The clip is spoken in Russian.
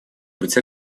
быть